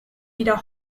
wieder